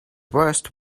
worst